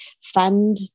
fund